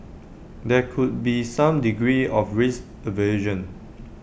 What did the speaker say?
there could be some degree of risk aversion